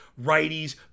righties